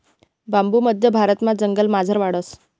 बांबू मध्य भारतमा जंगलमझार वाढस